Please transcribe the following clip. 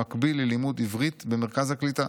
במקביל ללימוד עברית במרכז הקליטה.